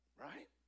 right